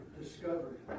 discovered